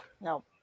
no